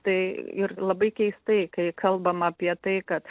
tai ir labai keistai kai kalbam apie tai kad